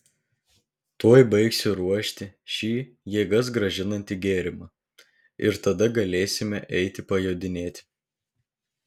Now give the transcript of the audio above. tuoj baigsiu ruošti šį jėgas grąžinantį gėrimą ir tada galėsime eiti pajodinėti